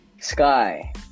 Sky